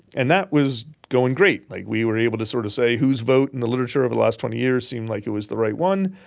and that was going great. like we were able to sort of say whose vote in the literature over the last twenty years seemed like it was the right one.